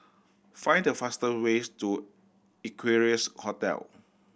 find the faster ways to Equarius Hotel